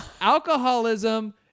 Alcoholism